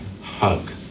hug